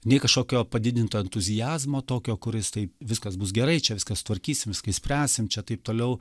nei kažkokio padidinto entuziazmo tokio kuris taip viskas bus gerai čia viską sutvarkysim viską išspręsim čia taip toliau